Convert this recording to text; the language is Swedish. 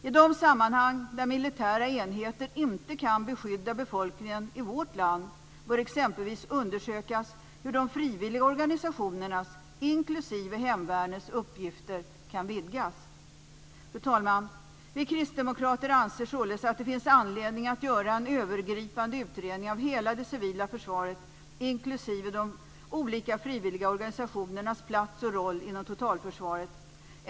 I de sammanhang där militära enheter inte kan beskydda befolkningen i vårt land bör exempelvis undersökas hur de frivilliga organisationernas, inklusive hemvärnets, uppgifter kan vidgas. Fru talman! Vi kristdemokrater anser således att det finns anledning att göra en övergripande utredning av hela det civila försvaret inklusive de olika frivilliga organisationernas plats och roll inom totalförsvaret.